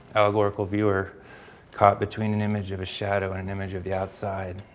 allegorical viewer caught between an image of a shadow and an image of the outside.